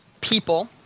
people